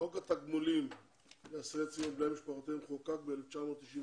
חוק התגמולים לאסירי ציון ובני משפחותיהם חוקק ב-1992.